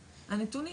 הנתונים.